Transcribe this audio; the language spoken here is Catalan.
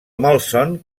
malson